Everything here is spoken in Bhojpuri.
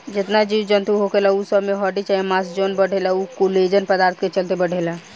जेतना जीव जनतू होखेला उ सब में हड्डी चाहे मांस जवन बढ़ेला उ कोलेजन पदार्थ के चलते बढ़ेला